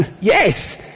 yes